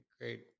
great